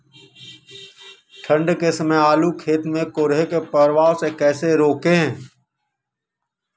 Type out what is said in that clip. ठंढ के समय आलू के खेत पर कोहरे के प्रभाव को कैसे रोके?